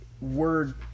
word